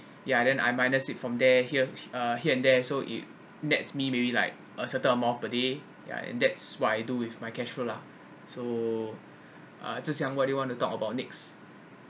yeah then I minus it from there here uh here and there so it that's me maybe like a certain amount per day ya that's what I do with my cash flow lah so uh zhi xiang what you want to talk about next